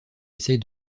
essaye